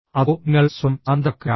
അതോ നിങ്ങൾ സ്വയം ശാന്തരാക്കുകയാണോ